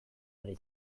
ari